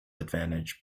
advantage